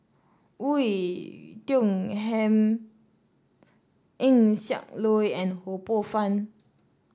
Oei Tiong Ham Eng Siak Loy and Ho Poh Fun